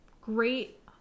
great